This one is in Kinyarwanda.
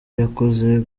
yakoze